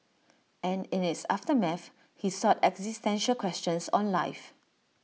and in its aftermath he sought existential questions on life